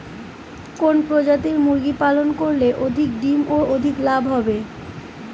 কোন প্রজাতির মুরগি পালন করলে অধিক ডিম ও অধিক লাভ হবে?